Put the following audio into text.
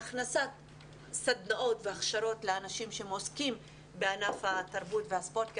הכנסת סדנאות והכשרות לאנשים שמועסקים בענף התרבות והספורט.